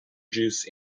juice